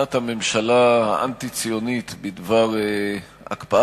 להחלטת הממשלה האנטי-ציונית בדבר הקפאת